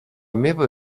meva